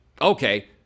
Okay